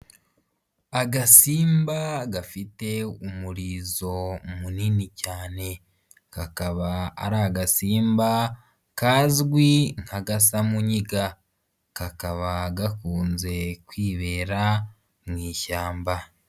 Agasimba gafite umurizo munini cyane, kakaba ari agasimba kazwi nk'agasamunyiga, kakaba gakunze kwibera mu ishyamba.